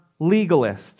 legalists